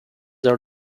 are